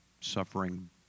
suffering